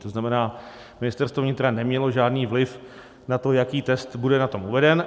To znamená, Ministerstvo vnitra nemělo žádný vliv na to, jaký test bude na tom uveden.